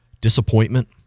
disappointment